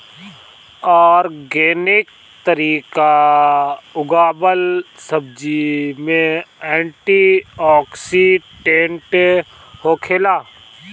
organic तरीका उगावल सब्जी में एंटी ओक्सिडेंट होखेला